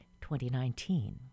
2019